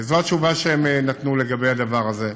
זו התשובה שהם נתנו לגבי הדבר הזה,